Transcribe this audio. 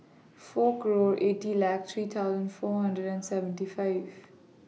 four group eighty let three thousand four hundred and seventy five